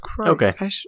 Okay